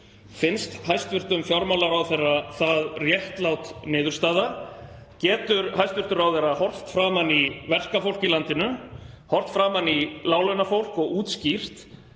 Finnst hæstv. fjármálaráðherra það réttlát niðurstaða? Getur hæstv. ráðherra horft framan í verkafólk í landinu, horft framan í láglaunafólk og útskýrt